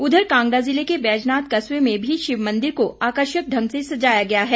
उधर कांगड़ा ज़िले के बैजनाथ कस्बे में भी शिव मंदिर को आकर्षक ढंग से सजाया गया है